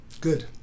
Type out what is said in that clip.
Good